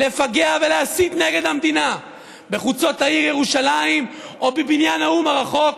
לפגע ולהסית נגד המדינה בחוצות העיר ירושלים או בבניין האו"ם הרחוק,